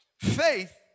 Faith